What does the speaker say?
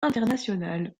internationales